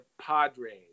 Padres